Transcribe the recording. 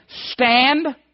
stand